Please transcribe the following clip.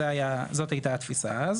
זאת הייתה התפיסה אז.